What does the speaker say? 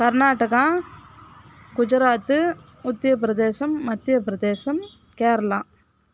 Karnataka Gujarat Uttar Pradesh Madhya Pradesh Kerala